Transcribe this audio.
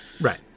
Right